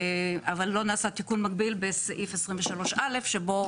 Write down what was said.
אבל לא נעשה תיקון מקביל בסעיף 23 א' שבו